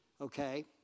okay